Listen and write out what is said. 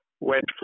went